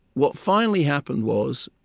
what finally happened was,